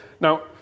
Now